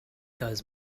does